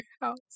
house